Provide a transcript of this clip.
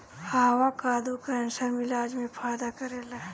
avocado cancer के इलाज में फायदा करेला